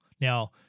Now